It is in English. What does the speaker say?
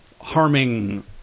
harming